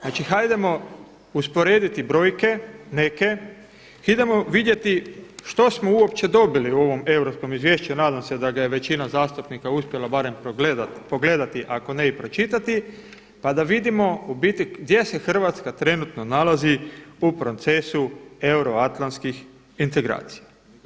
Znači hajdemo usporediti brojke neke i idemo vidjeti što smo uopće dobili u ovom europskom izvješću, nadam se da ga je većina zastupnika uspjela barem pogledati ako ne i pročitati, pa da vidimo gdje se Hrvatska nalazi u procesu euroatlantskih integracija.